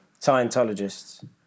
Scientologists